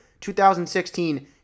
2016